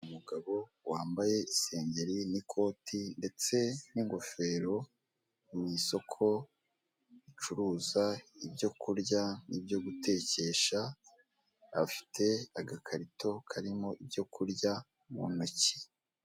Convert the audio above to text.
Umugabo wambaye isengeri n'ikoti ndetse n'ingofero, mu isoko ricuruza ibyokurya n'ibyo gutekesha, afite agakarito karimo ibyo kurya mu ntoki.